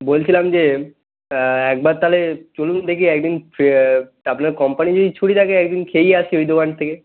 বলছিলাম যে একবার তালে চলুন দেখি একদিন ফে আপনার কোম্পানি ছুটি থাকে একদিন খেয়েই আসি ওই দোকান থেকে